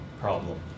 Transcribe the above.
problem